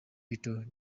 little